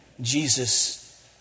Jesus